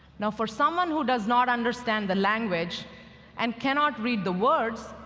now, for someone who does not understand the language and cannot read the words,